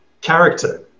character